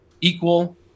equal